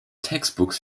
textbooks